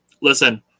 Listen